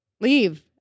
leave